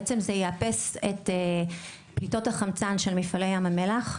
זה בעצם זה יאפס את פליטות החמצן של מפעלי ים המלח,